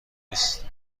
نیست